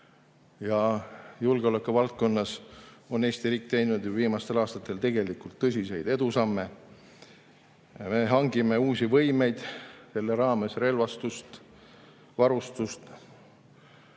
ja julgeolekuvaldkonnas on Eesti riik teinud viimastel aastatel tegelikult tõsiseid edusamme. Me hangime uusi võimeid, selle raames relvastust, varustust,